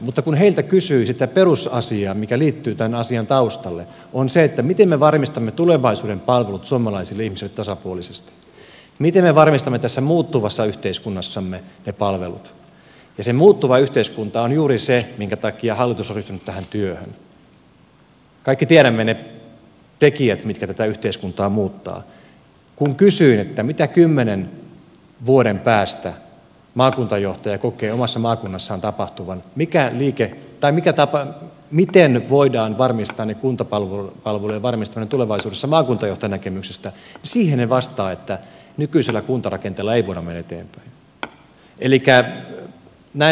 mutta kun heiltä kysyi sitä perusasiaa mikä liittyy tämän asian taustalle joka oli se miten me varmistamme tulevaisuuden palvelut suomalaisille ihmisille tasapuolisesti miten me varmistamme tässä muuttuvassa yhteiskunnassamme ne palvelut se muuttuva yhteiskunta on juuri se minkä takia hallitus on ryhtynyt tähän työhön kaikki tiedämme ne tekijät mitkä tätä yhteiskuntaa muuttavat kun kysyin mitä kymmenen vuoden päästä maakuntajohtaja kokee omassa maakunnassaan tapahtuvan mikään liike tai mikä tapa miten voidaan varmistaa kuntapalvelujen toteutuminen tulevaisuudessa maakuntajohtajan näkemyksestä niin siihen he vastasivat että nykyisellä kuntarakenteella ei voida mennä eteenpäin